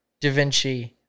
DaVinci